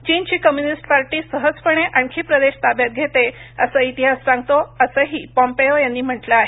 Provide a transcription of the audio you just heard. चीनची communist party सहजपणे आणखी प्रदेश ताब्यात घेते असं इतिहास सांगतो असंही पॉम्पेओ यांनी म्हटलं आहे